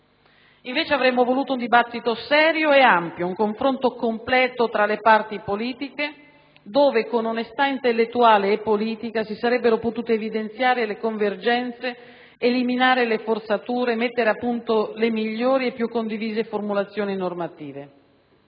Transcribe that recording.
invece, un dibattito serio ed ampio, un confronto completo tra le parti politiche nell'ambito del quale, con onestà intellettuale e politica, si sarebbero potute evidenziare le convergenze, eliminare le forzature, mettere a punto le migliori e più condivise formulazioni normative.